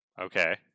Okay